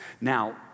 Now